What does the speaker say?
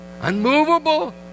unmovable